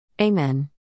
Amen